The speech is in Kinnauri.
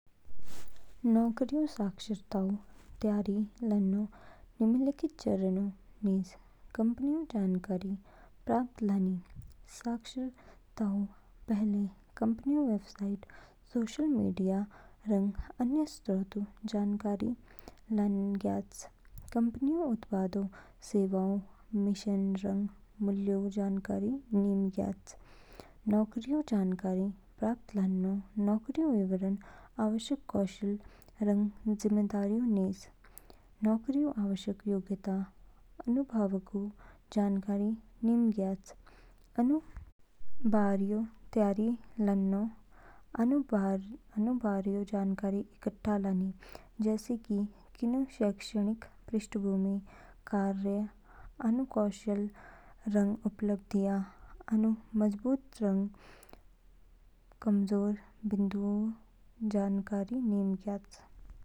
नौकरीऊ साक्षात्कारऊ तैयारी लानो निम्नलिखित चरणों निज। कंपनीऊ जानकारी प्राप्त लानी साक्षात्कारऊ पहले, कंपनीऊ वेबसाइट, सोशल मीडिया, रंग अन्य स्रोतोंऊ जानकारी लानो ज्ञयाच। कंपनीऊ उत्पादों, सेवाओं, मिशन, रंग मूल्यों जानकारी निम ज्ञयाच। नौकरीऊ जानकारी प्राप्त लानो नौकरीऊ विवरण, आवश्यक कौशल, रंग जिम्मेदारियों निज। नौकरीऊ आवश्यक योग्यता, अनुभवऊ जानकारी निमज्ञयाच। आनु बारियो तैयारी लानो आनु बारियो जानकारी इकट्ठा लानी जैसे कि किनू शैक्षिक पृष्ठभूमि, कार्य अनुभव, कौशल, रंग उपलब्धियाँ। अनु मजबूत रंग कमजोर बिंदुओं जानकारी निम ज्ञयाच।